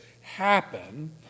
happen